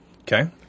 Okay